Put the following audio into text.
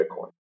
Bitcoin